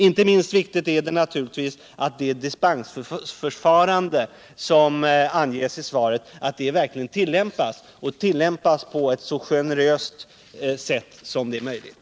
Inte minst viktigt är det naturligtvis att det dispensförfarande som anges i svaret verkligen tillämpas och att det sker på ett så generöst sätt som möjligt.